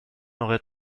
aurait